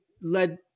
led